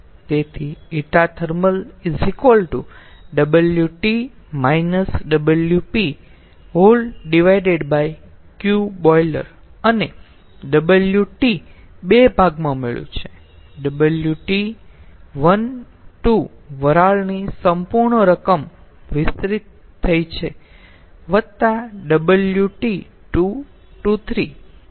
તેથી ηthermal Qboiler અને આ WT 2 ભાગમાં મળ્યું છે WT વરાળની સંપૂર્ણ રકમ વિસ્તરિત થઈ છે વત્તા WT